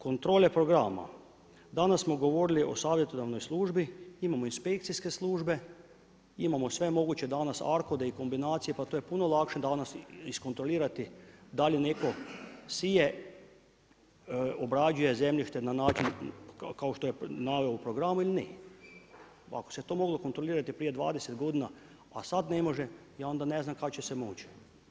Kontrole programa, danas smo govorili o savjetodavnoj službi, imamo inspekcijske službe, imamo sve moguće danas ARCOD-e kombinacije pa to je puno lakše danas iskontrolirati da li netko sije, obrađuje zemljište na način kao što je naveo u programu ili ne. ako se to moglo kontrolirati prije 20 godina, a sada ne može, ja onda ne znam kada će se moći.